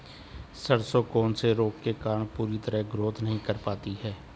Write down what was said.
सरसों कौन से रोग के कारण पूरी तरह ग्रोथ नहीं कर पाती है?